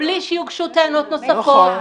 וזאת בלי שיוגשו טענות נוספות,